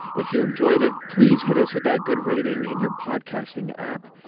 if you enjoyed it please hit us with that good rating in your podcasting app.